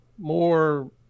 more